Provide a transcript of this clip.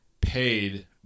paid